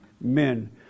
men